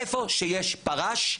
איפה שיש פרש,